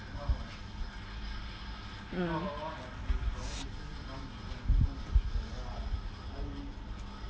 mm